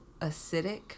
acidic